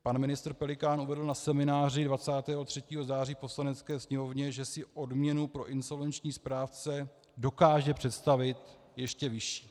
Pan ministr Pelikán uvedl na semináři 23. září v Poslanecké sněmovně, že si odměnu pro insolvenční správce dokáže představit ještě vyšší.